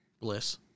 Bliss